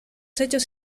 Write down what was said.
hechos